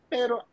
Pero